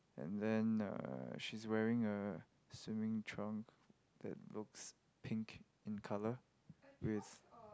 and then uh she's wearing a swimming trunk that looks pink in color with